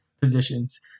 positions